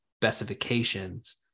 specifications